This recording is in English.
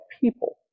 people